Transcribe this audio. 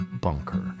bunker